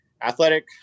athletic